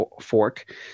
fork